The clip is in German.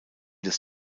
des